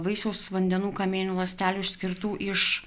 vaisiaus vandenų kamieninių ląstelių išskirtų iš